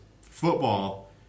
football